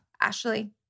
Ashley